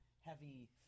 heavy